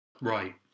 Right